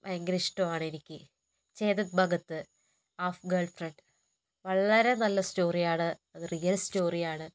ഭയങ്കര ഇഷ്ടമാണെനിക്ക് Chetan Bhagat half girlfriend വളരെ നല്ല സ്റ്റോറിയാണ് അത് റിയൽ സ്റ്റോറിയാണ്